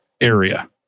area